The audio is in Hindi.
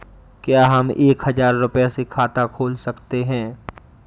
क्या हम एक हजार रुपये से खाता खोल सकते हैं?